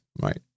right